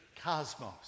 cosmos